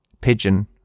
Pigeon